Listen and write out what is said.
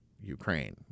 Ukraine